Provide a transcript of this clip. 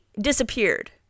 disappeared